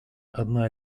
одна